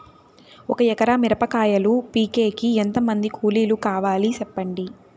ఒక ఎకరా మిరప కాయలు పీకేకి ఎంత మంది కూలీలు కావాలి? సెప్పండి?